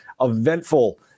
eventful